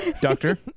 Doctor